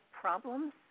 problems